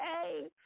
Hey